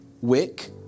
wick